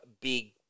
big